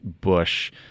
Bush